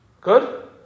Good